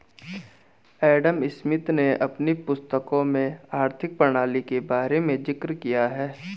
Adam Smith ने अपनी पुस्तकों में आर्थिक प्रणाली के बारे में जिक्र किया है